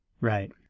Right